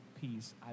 Peace